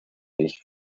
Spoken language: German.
nicht